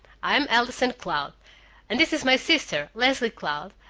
i'm allison cloud and this is my sister, leslie cloud,